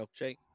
Milkshake